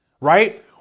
right